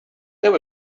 there